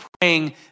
praying